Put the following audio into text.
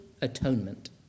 atonement